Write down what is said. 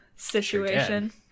situation